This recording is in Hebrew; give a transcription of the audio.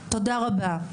תודה רבה.